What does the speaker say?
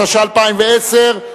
התש"ע 2010,